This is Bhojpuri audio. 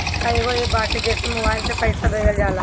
कईगो एप्प बाटे जेसे मोबाईल से पईसा भेजल जाला